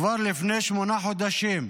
כבר לפני שמונה חודשים.